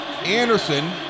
Anderson